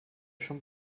schon